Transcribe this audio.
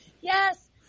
yes